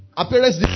appearance